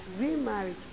remarriage